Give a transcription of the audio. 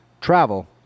travel